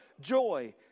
joy